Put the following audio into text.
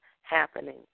happening